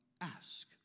ask